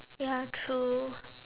ya true